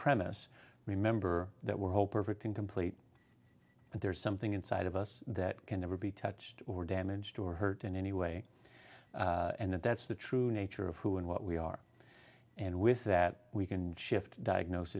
premise remember that we're hope of getting complete but there is something inside of us that can never be touched or damaged or hurt in any way and that that's the true nature of who and what we are and with that we can shift diagnos